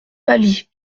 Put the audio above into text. pâli